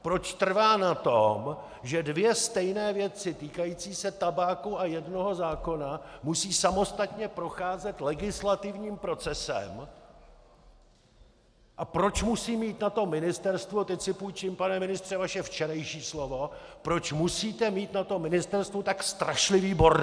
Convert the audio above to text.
Proč trvá na tom, že dvě stejné věci týkající se tabáku a jednoho zákona musí samostatně procházet legislativním procesem a proč musí mít na to ministerstvo teď si půjčím, pane ministře, vaše včerejší slovo proč musíte mít na tom ministerstvu tak strašlivý bordel!